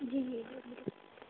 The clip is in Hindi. जी जी जी जी